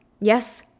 Yes